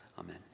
Amen